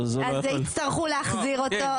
יצטרכו להחזיר אותו.